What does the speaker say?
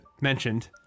mentioned